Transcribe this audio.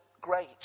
great